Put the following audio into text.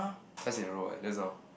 twice in a row eh just now